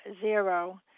zero